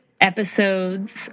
episodes